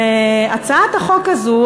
והצעת החוק הזו,